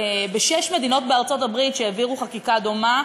בשש מדינות בארצות-הברית שהעבירו חקיקה דומה,